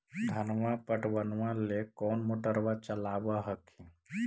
धनमा पटबनमा ले कौन मोटरबा चलाबा हखिन?